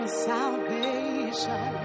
salvation